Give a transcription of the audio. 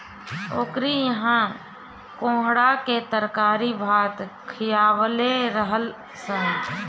ओकरी इहा कोहड़ा के तरकारी भात खिअवले रहलअ सअ